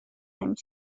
نمی